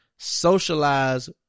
socialize